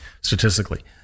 statistically